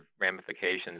ramifications